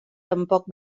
tampoc